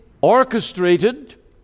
orchestrated